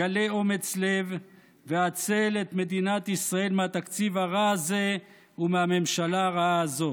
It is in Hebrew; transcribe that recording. גלה אומץ לב והצל את מדינת ישראל מהתקציב הרע הזה ומהממשלה הרעה הזאת.